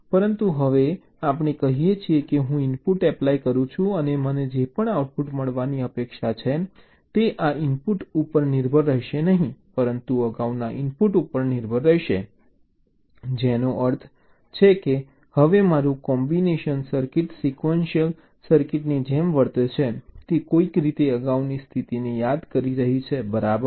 પરંતુ હવે આપણે કહીએ છીએ કે હું ઇનપુટ એપ્લાય કરું છું અને મને જે પણ આઉટપુટ મળવાની અપેક્ષા છે તે આ ઇનપુટ ઉપર નિર્ભર રહેશે નહીં પરંતુ અગાઉના ઇનપુટ ઉપર નિર્ભર રહેશે જેનો અર્થ છે કે હવે મારું કોમ્બિનેશનલ સર્કિટ સિક્વન્શિય સર્કિટની જેમ વર્તે છે તે કોઈક રીતે અગાઉની સ્થિતિને યાદ કરી રહી છે બરાબર